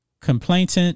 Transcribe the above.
complainant